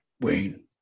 Wayne